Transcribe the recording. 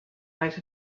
eyes